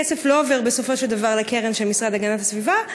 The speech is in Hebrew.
הכסף לא עובר בסופו של דבר לקרן של המשרד להגנת הסביבה,